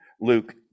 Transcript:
Luke